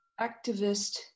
activist